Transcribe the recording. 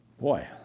Boy